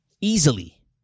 easily